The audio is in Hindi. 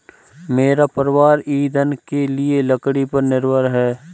मेरा परिवार ईंधन के लिए लकड़ी पर निर्भर है